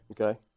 Okay